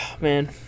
Man